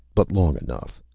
but long enough.